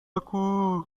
aku